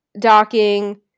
docking